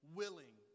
willing